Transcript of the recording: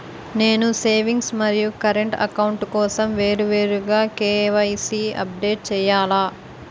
నేను సేవింగ్స్ మరియు current account కోసం వేరువేరుగా కే.వై.సీ అప్డేట్ చేయాలా?